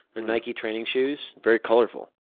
they're nike training shoes. very colorful.